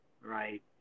right